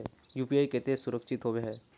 UPI केते सुरक्षित होबे है?